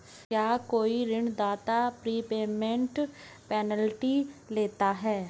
क्या कोई ऋणदाता प्रीपेमेंट पेनल्टी लेता है?